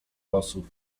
losów